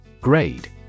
Grade